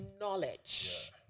knowledge